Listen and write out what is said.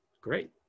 Great